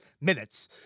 minutes